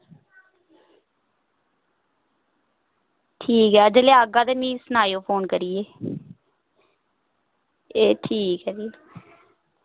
ठीक ऐ जेल्लै आह्गा ते मिगी सनायो फोन करियै एह् ठीक ऐ भी